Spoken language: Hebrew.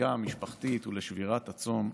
לחגיגה משפחתית ולשבירת הצום.